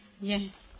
Yes